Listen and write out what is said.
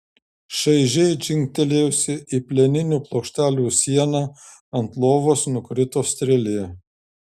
šaižiai dzingtelėjusi į plieninių plokštelių sieną ant lovos nukrito strėlė